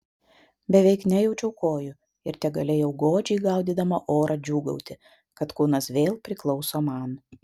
beveik nejaučiau kojų ir tegalėjau godžiai gaudydama orą džiūgauti kad kūnas vėl priklauso man